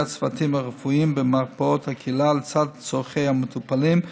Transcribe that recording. הצוותים הרפואיים במרפאות הקהילה לצד צורכי המטופלים,